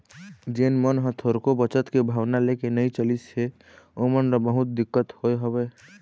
जेन मन ह थोरको बचत के भावना लेके नइ चलिस हे ओमन ल बहुत दिक्कत होय हवय